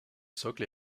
socle